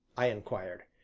i inquired.